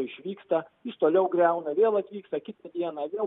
išvyksta jis toliau griauna vėl atvyksta kitą dieną vėl